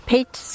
Pete